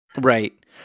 Right